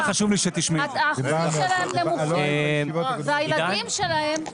האחוזים שלהם נמוכים והילדים שלהם,